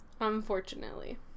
Unfortunately